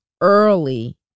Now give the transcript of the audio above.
early